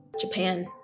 Japan